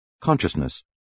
Consciousness